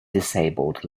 disabled